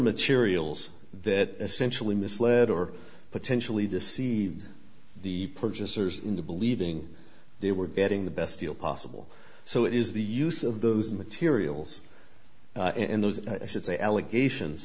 materials that essential we misled or potentially deceived the purchasers into believing they were getting the best deal possible so it is the use of those materials in those i should say allegations